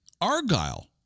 Argyle